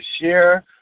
share